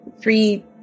Three